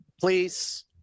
please